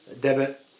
debit